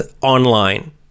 online